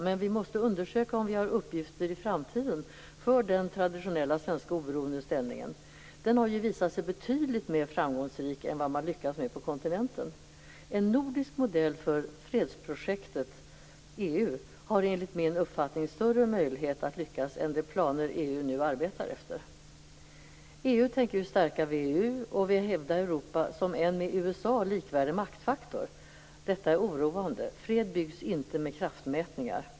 Men vi måste undersöka om vi har uppgifter i framtiden för den traditionella, svenska, oberoende ställningen. Den har ju visat sig betydligt mer framgångsrik än det man har lyckats med på kontinenten. En nordisk modell för "fredsprojektet" EU har enligt min uppfattning större möjlighet att lyckas än de planer EU nu arbetar efter. EU tänker ju stärka VEU och vill hävda Europa som en med USA likvärdig maktfaktor. Detta är oroande. Fred byggs inte med kraftmätningar.